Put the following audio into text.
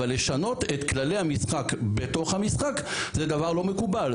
אבל לשנות את כללי המשחק בתוך המשחק זה דבר לא מקובל.